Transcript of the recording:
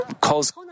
calls